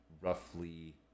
roughly